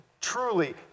truly